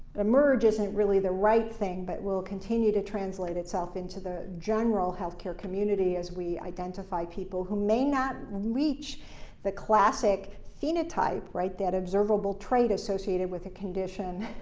emerge isn't really the right thing, but will continue to translate itself into the general healthcare community as we identify people who may not reach the classic phenotype, right, that observable trait associated with a condition,